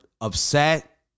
upset